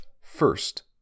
first